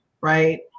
right